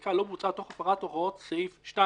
שהעסקה לא בוצעה תוך הפרת הוראות סעיף 2,